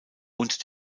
und